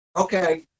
Okay